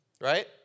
Right